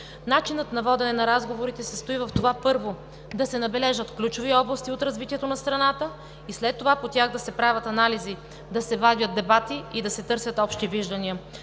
Начинът на водене на разговорите се състои в това, първо, да се набележат ключови области от развитието на страната и след това по тях да се правят анализи, да се водят дебати и да се търсят общи виждания.